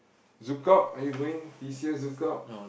ZoukOut are you going this year ZoukOut